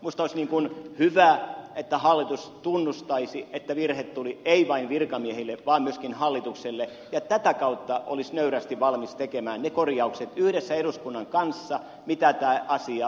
minusta olisi hyvä että hallitus tunnustaisi että virhe tuli ei vain virkamiehille vaan myöskin hallitukselle ja tätä kautta olisi nöyrästi valmis tekemään yhdessä eduskunnan kanssa ne korjaukset mitä tämä asia välttämättä vaatii